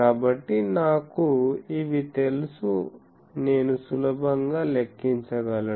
కాబట్టి నాకు ఇవి తెలుసు నేను సులభంగా లెక్కించగలను